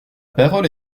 parole